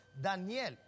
Daniel